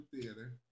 Theater